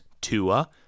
Tua